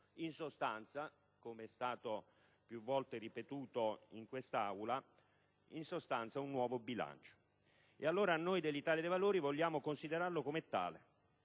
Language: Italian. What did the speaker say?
In sostanza, com'è stato più volte ripetuto in quest'Aula, un nuovo bilancio. E allora noi dell'Italia dei Valori vogliamo considerarlo come tale,